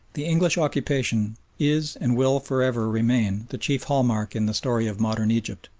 the english occupation is and will for ever remain the chief landmark in the story of modern egypt.